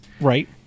Right